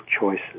choices